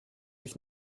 ich